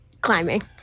climbing